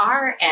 RN